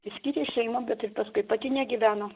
išskyrė šeimą bet ir paskui pati negyveno